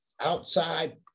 outside